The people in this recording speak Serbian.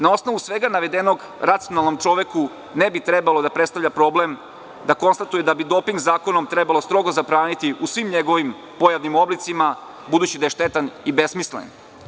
Na osnovu svega navedenog, racionalnom čoveku, ne bi trebalo da predstavlja problem, da konstatuje da bi doping zakonom trebalo strogo zabraniti u svim njegovim pojavnim oblicima, budući da je štetan i besmislen.